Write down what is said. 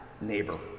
neighbor